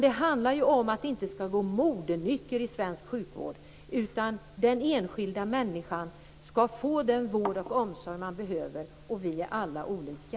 Det skall inte vara modenycker i svensk sjukvård, utan den enskilda människan skall få den vård och omsorg man behöver, och vi är alla olika.